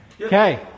Okay